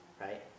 right